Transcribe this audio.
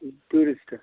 tourist